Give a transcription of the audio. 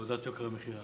לירידת יוקר המחיה.